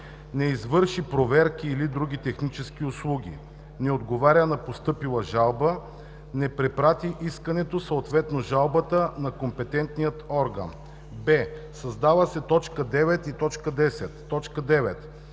не извърши проверки или други технически услуги; не отговори на постъпила жалба; не препрати искането, съответно жалбата на компетентния орган;“ б) създават се т. 9 и 10: „9.